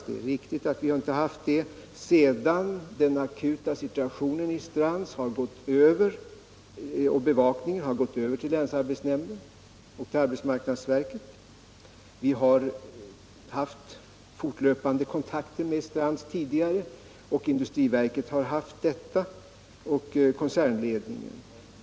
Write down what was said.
Det är riktigt att vi inte har haft det sedan situationen hos Strands har upphört att vara akut och bevakningen har gått över till länsarbetshämnden och arbetsmarknadsverket. Vi har haft fortlöpande kontakter med Strands tidigare. Industriverket har också haft sådana kontakter och kontakter med koncernledningen.